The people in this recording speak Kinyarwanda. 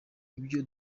ibyo